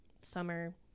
summer